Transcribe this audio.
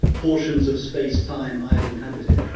portions of space, time, i've inhabited'.